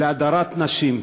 להדרת נשים.